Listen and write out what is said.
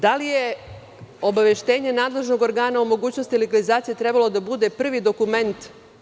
Da li je obaveštenje nadležnog organa o mogućnosti legalizacije trebalo da bude prvi dokument?